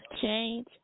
Change